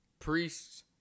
Priests